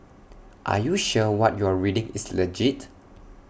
are you sure what you're reading is legit